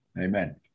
Amen